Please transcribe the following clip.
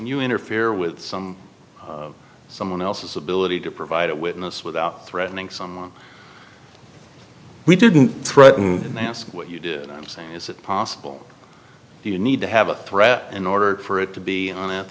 you interfere with some someone else's ability to provide a witness without threatening someone we didn't threaten mask what you did i'm saying is it possible you need to have a threat in order for it to be an